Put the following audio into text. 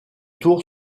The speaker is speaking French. tours